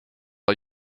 are